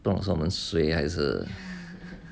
不懂是我们 suay 还是